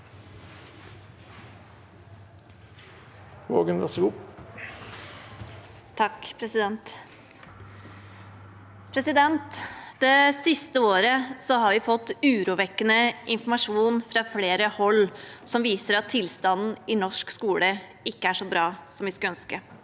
Det siste året har vi fått urovekkende informasjon fra flere hold som viser at tilstanden i norsk skole ikke er så bra som vi skulle ønske.